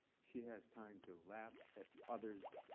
she has time to laugh at others.